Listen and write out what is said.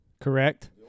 correct